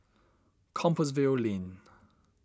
Compassvale Lane